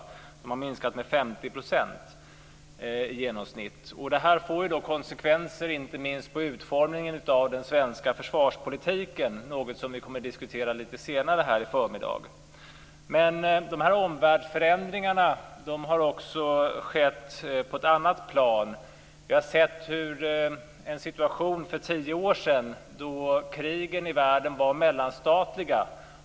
Militärutgifterna har minskat med i genomsnitt 50 %. Det får konsekvenser inte minst för utformningen av den svenska försvarspolitiken, något som vi kommer att diskutera lite senare här i dag. Omvärldsförändringar har också skett på ett annat plan. För tio år sedan var krigen i världen mellanstatliga.